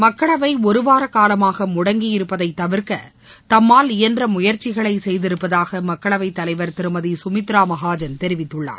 மக்களவை ஒருவார காலமாக முடங்கியிருப்பதைத் தவிர்க்க தம்மால் இயன்ற முயற்சிகளை செய்திருப்பதாக மக்களவைத் தலைவர் திருமதி சுமித்ரா மகாஜன் தெரிவித்துள்ளார்